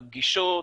על פגישות,